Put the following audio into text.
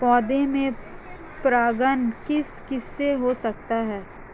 पौधों में परागण किस किससे हो सकता है?